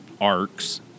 arcs